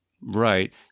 Right